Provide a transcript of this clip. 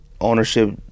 ownership